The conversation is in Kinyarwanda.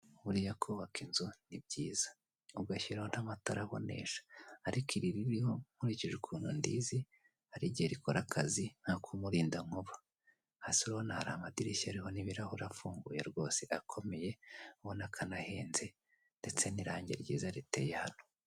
Buriya kubaka inzu ni byiza, ugashyiraho n'amatara abonesha, ariko iri ririho nkurikije ukuntu ndizi, hari igihe rikora akazi nk'akumurindankuba, hasi urabona hari amadirishya ariho n'ibirahure afunguye rwose akomeye ubona ko anahenze, ndetse n'irange ryiza riteye hano.